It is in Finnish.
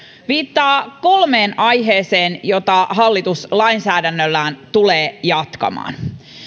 viittaa kolmeen aiheeseen joita hallitus lainsäädännöllään tulee jatkamaan